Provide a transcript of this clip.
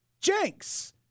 Jenks